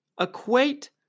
Equate